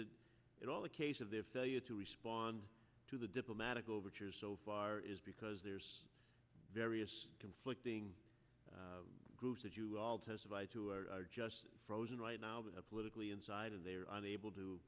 it at all a case of their failure to respond to the diplomatic overtures so far is because there's various conflicting groups that you all testified to are just frozen right now but politically inside of they are unable to